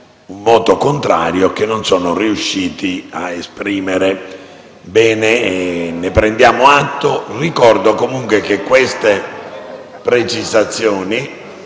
un voto contrario, che non sono però riusciti ad esprimere. Ne prendiamo atto. Ricordo comunque che queste precisazioni